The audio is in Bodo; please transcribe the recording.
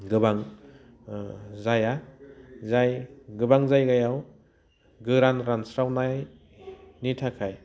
गोबां जाया जाय गोबां जायगायाव गोरान रानस्रावनायनि थाखाय